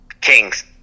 Kings